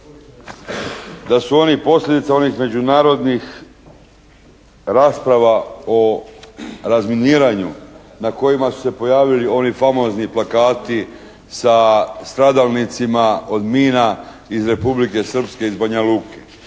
da su oni posljedica međunarodnih rasprava o razminiranju na kojima su se pojavili oni famozni plakati sa stradalnicima od mina iz Republike Srpske iz Banja Luke.